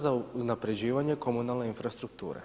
Za unapređivanje komunalne infrastrukture.